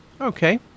Okay